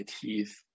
teeth